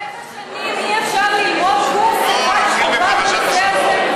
בשבע שנים אי-אפשר ללמוד קורס אחד בנושא הזה?